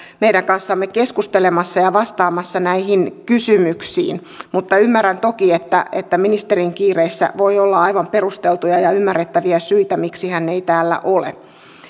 meidän kanssamme keskustelemassa ja vastaamassa näihin kysymyksiin mutta ymmärrän toki että että ministerin kiireissä voi olla aivan perusteltuja ja ymmärrettäviä syitä miksi hän ei täällä ole